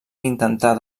intentar